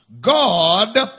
God